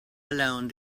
alone